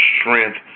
strength